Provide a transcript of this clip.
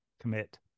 commit